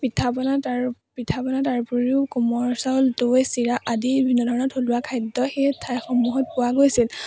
পিঠা পনা তাৰ পিঠা পনা তাৰ উপৰিও কোমল চাউল দৈ চিৰা আদি বিভিন্ন ধৰণৰ থলুৱা খাদ্য সেই ঠাইসমূহত পোৱা গৈছিল